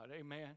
Amen